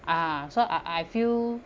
ah so I I feel